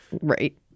Right